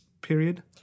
period